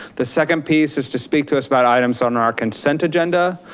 the second piece is to speak to us about items on our consent agenda,